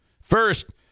First